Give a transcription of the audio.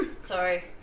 sorry